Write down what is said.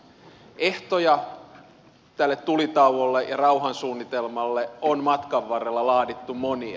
ehtoja tälle tulitauolle ja rauhansuunnitelmalle on matkan varrella laadittu monia